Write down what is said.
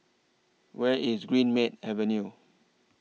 Where IS Greenmead Avenue